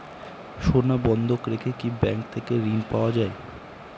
সোনা বন্ধক রেখে কি ব্যাংক থেকে ঋণ পাওয়া য়ায়?